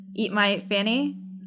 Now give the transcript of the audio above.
eatmyfanny